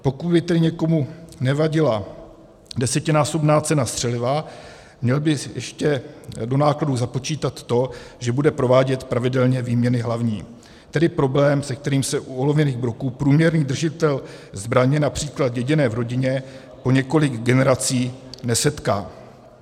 Pokud by tedy někomu nevadila desetinásobná cena střeliva, měl by ještě do nákladů započítat to, že bude provádět pravidelně výměnu hlavní, tedy problém, se kterým se u olověných broků průměrný držitel zbraně například děděné v rodině po několik generací nesetká.